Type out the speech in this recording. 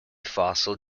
fossil